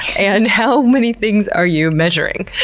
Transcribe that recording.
and how many things are you measuring?